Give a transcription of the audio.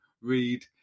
read